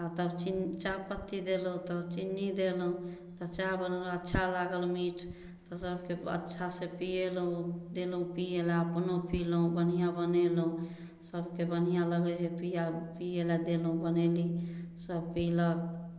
आओर तब चिन्न चाहपत्ती देलहुँ तऽ चिन्नी देलहुँ तऽ चाह बनल अच्छा लागल मिठ तब सभके अच्छासँ पिएलै देलहुँ पिएलै अपनहु पिलहुँ बढ़िआँ बनेलहुँ सभके बढ़िआँ लगै हइ पिआ पिएलै देलहुँ बनेलहुँ सभ पिलक